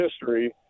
history